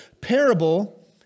parable